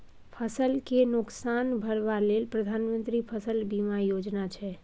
फसल केँ नोकसान भरबा लेल प्रधानमंत्री फसल बीमा योजना छै